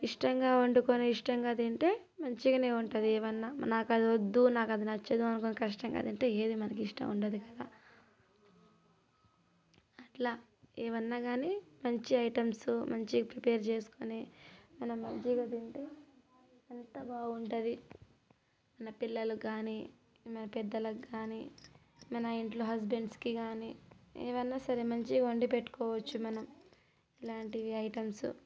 ఇష్టంగా వండుకొని ఇష్టంగా తింటే మంచిగానే ఉంటుంది ఏమన్నా నాకు అది వద్దు నాకు అది నచ్చదు అనికొని కష్టంగా తింటే ఏది మనకు ఇష్టం ఉండదు కదా ఇలా ఏమైనా కాని మంచి ఐటమ్స్ మంచిగా ప్రిపేర్ చేసుకొని మనం మంచిగా తింటే ఎంత బాగుంటుంది మన పిల్లలకు కానీ మన పెద్దలకు కానీ మన ఇంట్లో హస్బెండ్స్కి కాని ఏమైనా సరే మంచిగా వండి పెట్టుకోవచ్చు మనం ఇలాంటివి ఐటమ్స్